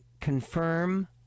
confirm